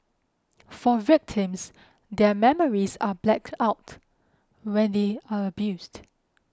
for victims their memories are blacked out when they are abused